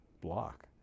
block